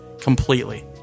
completely